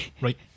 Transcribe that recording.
Right